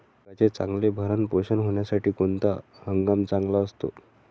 पिकाचे चांगले भरण पोषण होण्यासाठी कोणता हंगाम चांगला असतो?